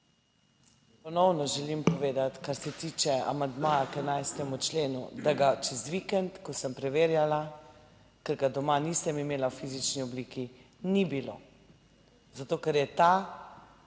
Ponovno želim povedati kar se tiče amandmaja k 11. členu, da ga čez vikend, ko sem preverjala, ker ga doma nisem imela v fizični obliki ni bilo, zato ker je ta